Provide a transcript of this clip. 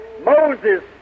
Moses